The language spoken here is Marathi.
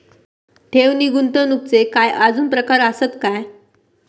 ठेव नी गुंतवणूकचे काय आजुन प्रकार आसत काय?